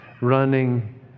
running